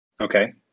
Okay